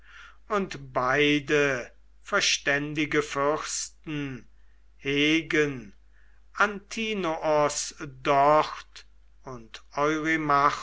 und beide verständige fürsten hegen antinoos dort und